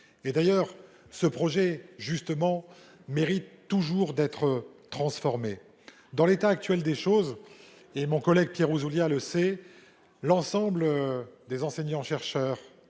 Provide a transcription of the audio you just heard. de retirer. Ce projet mérite toujours d'être transformé. En l'état actuel des choses, comme mon collègue Pierre Ouzoulias le sait, l'ensemble des enseignants-chercheurs,